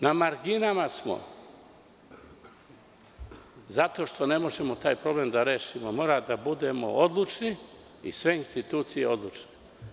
Na marginama smo, zato što taj problem ne možemo da rešimo, moramo da budemo odlučni i sve institucije odlučne.